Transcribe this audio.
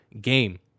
game